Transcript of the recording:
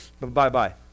Bye-bye